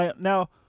now